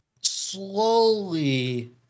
slowly